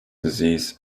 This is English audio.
disease